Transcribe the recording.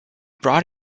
brought